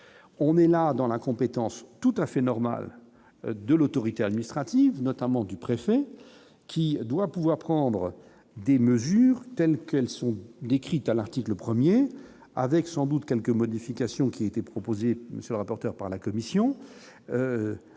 on est là dans la compétence tout à fait normal de l'autorité administrative, notamment du préfet qui doit pouvoir prendre des mesures telles qu'elles sont décrites à l'article 1er avec sans doute quelques modifications qui était proposé, monsieur le rapporteur par la commission